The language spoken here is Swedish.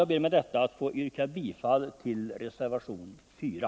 Jag ber med detta att få yrka bifall till reservation 4.